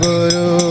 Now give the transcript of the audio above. Guru